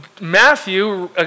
Matthew